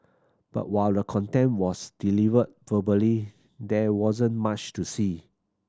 but while the content was delivered verbally there wasn't much to see